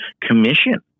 commission